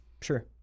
Sure